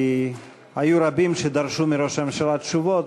כי היו רבים שדרשו מראש הממשלה תשובות,